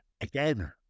again